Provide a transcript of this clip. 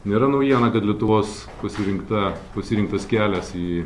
nėra naujiena kad lietuvos pasirinkta pasirinktas kelias į